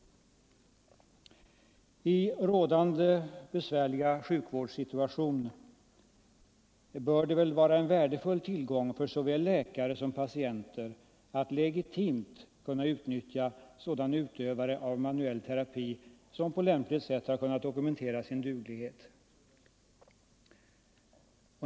I rådande besvärliga sjukvårdssituation bör det vara en värdefull tillgång för såväl läkare som patienter att legitimt kunna utnyttja sådana utövare av manuell terapi som på lämpligt sätt har kunnat dokumentera sin duglighet.